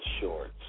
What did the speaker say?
shorts